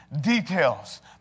details